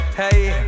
hey